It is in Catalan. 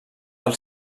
del